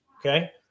okay